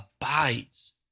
abides